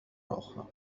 أخرى